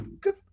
good